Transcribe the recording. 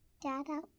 Dada